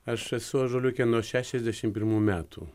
aš esu ąžuoliuke nuo šešiasdešim pirmų metų